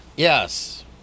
Yes